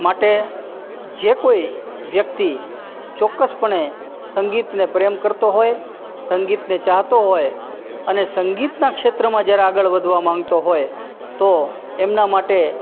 માટે જે કોઈ વ્યક્તિ ચોક્કસપણે સંગીતને પ્રેમ કરતો હોય સંગીતને ચાહતો હોય અને સંગીતના ક્ષેત્રમાં જ્યારે આગળ વધવા માંગતો હોય તો એમના માટે